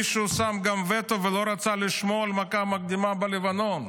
מישהו שם וטו ולא רצה לשמוע על מכה מקדימה בלבנון.